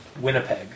Winnipeg